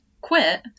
quit